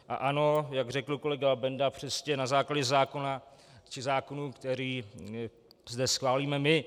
A ano, jak řekl kolega Benda, na základě zákona či zákonů, které zde schválíme my.